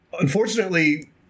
Unfortunately